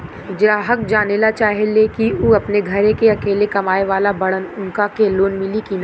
ग्राहक जानेला चाहे ले की ऊ अपने घरे के अकेले कमाये वाला बड़न उनका के लोन मिली कि न?